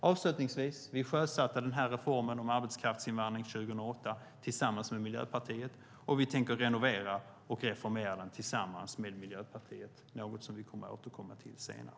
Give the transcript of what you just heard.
Avslutningsvis vill jag säga att vi sjösatte reformen om arbetskraftsinvandring 2008 tillsammans med Miljöpartiet, och vi tänker renovera och reformera den tillsammans med Miljöpartiet, något som vi kommer att återkomma till senare.